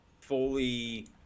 fully